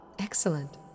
Excellent